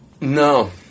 No